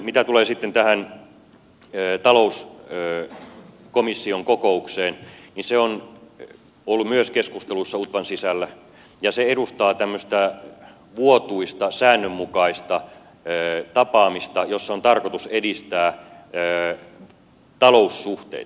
mitä tulee tähän talouskomission kokoukseen niin se on ollut myös keskustelussa utvan sisällä ja edustaa tämmöistä vuotuista säännönmukaista tapaamista jossa on tarkoitus edistää taloussuhteita